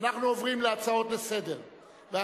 אנחנו עוברים להצעות לסדר-היום.